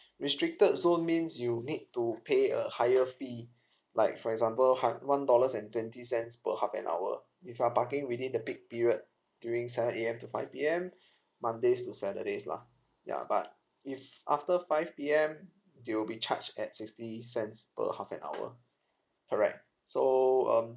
restricted zone means you'll need to pay a higher fee like for example hal~ one dollars and twenty cents per half an hour if you're parking within the peak period during seven A_M to five P_M mondays to saturdays lah ya but if after five P_M they will be charged at sixty cents per half an hour correct so um